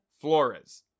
Flores